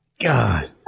God